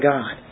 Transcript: God